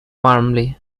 warmly